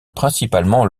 principalement